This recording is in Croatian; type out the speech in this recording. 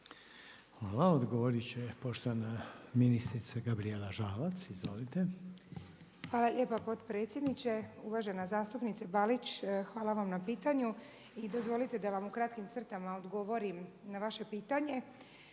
Hvala. Odgovoriti će poštovana ministrica Gabrijela Žalac. Izvolite. **Žalac, Gabrijela (HDZ)** Hvala lijepa potpredsjedniče. Uvažena zastupnice Balić, hvala vam na pitanju i dozvolite da vam u kratkim crtama odgovorim na vaše pitanje.